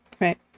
right